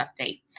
update